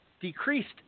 Decreased